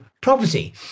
property